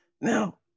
Now